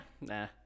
nah